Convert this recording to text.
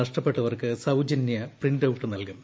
നഷ്ടപ്പെട്ടവർക്ക് സൌജന്യ പ്രിന്റൌട്ട് നൽകും